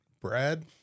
Brad